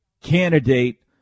candidate